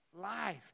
life